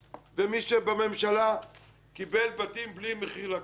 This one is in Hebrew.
ומי שבממשלה קיבל בתים בלי מחיר לקרקע